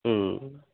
ம்